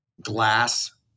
glass